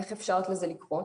איך אפשרת לזה לקרות?